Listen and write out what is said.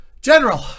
General